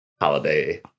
holiday